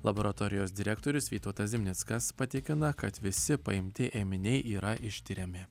laboratorijos direktorius vytautas zimnickas patikina kad visi paimti ėminiai yra ištiriami